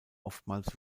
oftmals